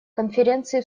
конференции